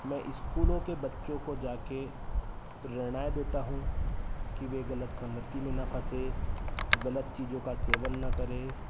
मैं स्कूलों के बच्चों को जा कर प्रेरणाएँ देता हूँ कि वे गलत संगति में न फंसे गलत चीजों का सेवन न करें